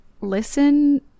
listen